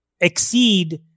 exceed